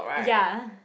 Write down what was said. ya